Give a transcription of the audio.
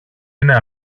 είναι